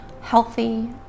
healthy